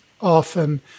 often